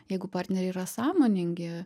jeigu partneriai yra sąmoningi